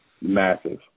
massive